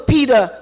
Peter